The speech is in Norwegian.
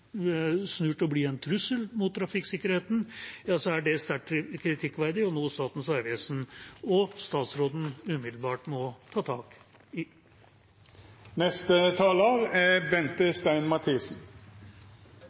å bli en trussel mot trafikksikkerheten – så er det sterkt kritikkverdig, og noe Statens vegvesen og statsråden umiddelbart må ta tak i. I denne revisjonen er